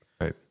Right